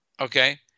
okay